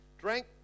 drank